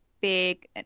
big